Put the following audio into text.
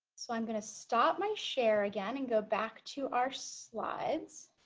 so i'm going to stop my share again and go back to our slides